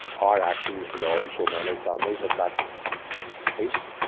our actions robbed so many families of that peace.